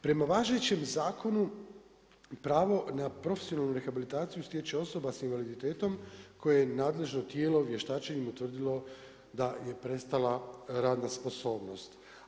Prema važećem zakonu pravo na profesionalnu rehabilitaciju stječe osoba s invaliditetom koje je nadležno tijelo vještačenjem utvrdilo da je prestala radna sposobnost.